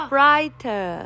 Brighter